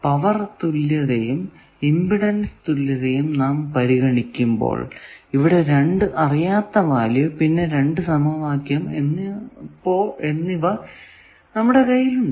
power തുല്യതയും impedance തുല്യതയും നാം പരിഗണിക്കുമ്പോൾ ഇവിടെ രണ്ടു അറിയാത്ത വാല്യൂ പിന്നെ രണ്ടു സമവാക്യം എന്നിവ ഇപ്പോൾ നമ്മുടെ കയ്യിൽ ഉണ്ട്